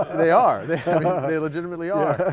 they are. they legitimately are.